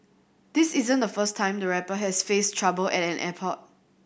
this isn't the first time the rapper has faced trouble at an airport